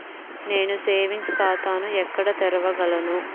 నేను సేవింగ్స్ ఖాతాను ఎక్కడ తెరవగలను?